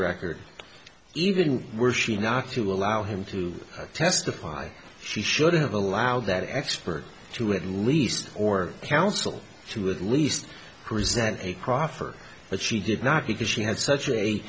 record even were she not to allow him to testify she should have allowed that expert to at least or counsel she would least present a crawford but she did not because she had such a